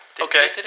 Okay